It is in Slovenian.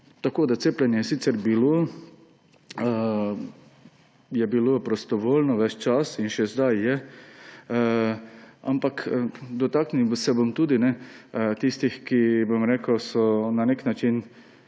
da se cepimo. Cepljenje je bilo prostovoljno ves čas, in še zdaj je, ampak dotaknil se bom tudi tistih, ki so na nek način